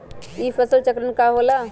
ई फसल चक्रण का होला?